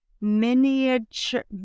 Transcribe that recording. Miniature